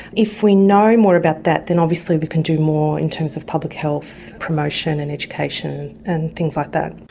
if we know more about that then obviously we can do more in terms of public health promotion and education and things like that.